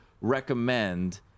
recommend